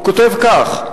הוא כותב כך: